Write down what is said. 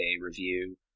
review